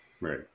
Right